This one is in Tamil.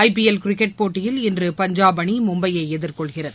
ஐ பி எல் கிரிக்கெட் போட்டியில் இன்று பஞ்சாப் அணி மும்பையை எதிர்கொள்கிறது